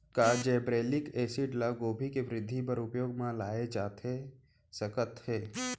का gibberellic acid ल गोभी के वृद्धि बर उपयोग म लाये जाथे सकत हे?